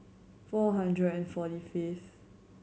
four hundred and forty fifth